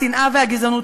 השנאה הגזענות.